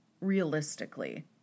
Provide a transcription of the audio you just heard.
realistically